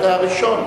אתה הראשון.